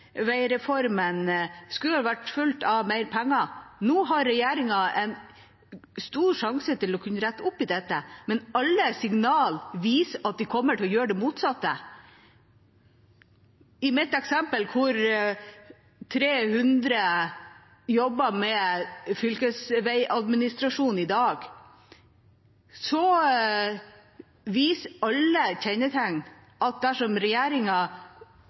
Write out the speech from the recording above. skulle vært fulgt opp med mer penger. Nå har regjeringa en stor sjanse til å rette opp i dette, men alle signaler viser at de kommer til å gjøre det motsatte. I mitt eksempel med 300 som jobber med fylkesveiadministrasjon i dag, viser alle kjennetegn at dersom regjeringa